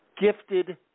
gifted